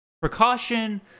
precaution